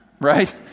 right